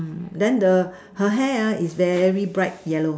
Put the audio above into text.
then the her hair ah is very bright yellow